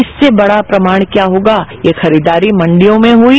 इससे बड़ा प्रमाण क्या होगा ये खरीददारी मंडियों में हुई